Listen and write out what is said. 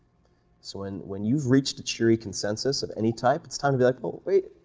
so when when you've reached a cheery consensus of any type, it's time to be like, oh, wait,